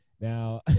Now